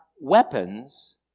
weapons